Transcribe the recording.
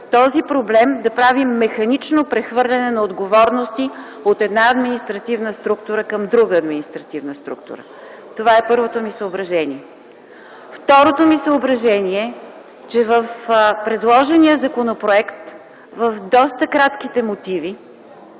ли е, обаче да правим механично прехвърляне на отговорности от една административна структура към друга административна структура. Това е първото ми съображение. Второто ми съображение е, че в предложения законопроект, в доста кратките мотиви